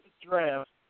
draft